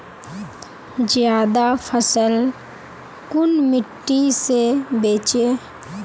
ज्यादा फसल कुन मिट्टी से बेचे?